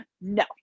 No